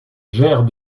gère